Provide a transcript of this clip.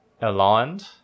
aligned